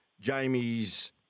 Jamie's